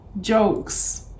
jokes